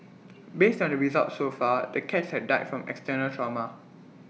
based on the results so far the cats had died from external trauma